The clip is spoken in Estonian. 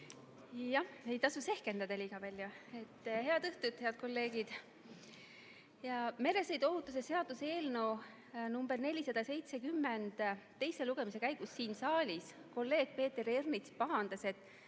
Jah, ei tasu sehkendada liiga palju. Head õhtut, head kolleegid! Meresõiduohutuse seaduse eelnõu number 470 teise lugemise käigus siin saalis kolleeg Peeter Ernits pahandas, et